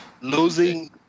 Losing